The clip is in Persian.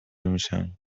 میشم